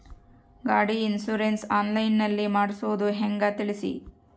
ಗಾಡಿ insurance online ನಲ್ಲಿ ಮಾಡ್ಸೋದು ಹೆಂಗ ತಿಳಿಸಿ?